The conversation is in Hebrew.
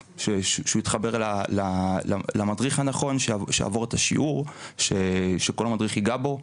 להתחבר למדריך הנכון שיעביר את השיעור שכל המדריך יגע בו,